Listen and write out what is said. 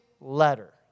letter